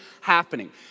happening